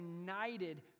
united